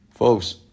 Folks